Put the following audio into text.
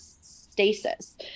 stasis